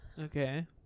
Okay